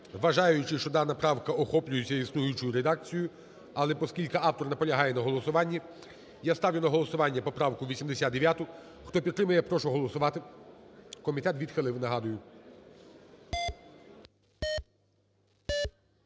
вважаючи, що дана правка охоплює цю існуючу редакцію. Але оскільки автор наполягає на голосуванні, я ставлю на голосування поправку 89. Хто підтримує, прошу голосувати. Комітет відхилив, нагадую.